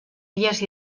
illes